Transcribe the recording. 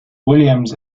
williams